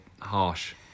harsh